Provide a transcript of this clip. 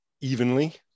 evenly